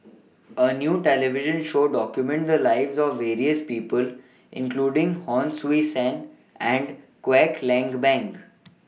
A New television Show documented The Lives of various People including Hon Sui Sen and Kwek Leng Beng